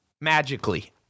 magically